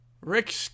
rick